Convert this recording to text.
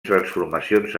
transformacions